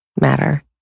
matter